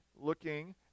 looking